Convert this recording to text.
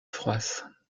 froisse